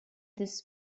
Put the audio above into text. this